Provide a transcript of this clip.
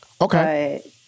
okay